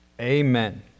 Amen